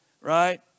right